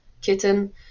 kitten